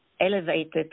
elevated